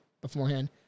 beforehand